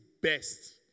best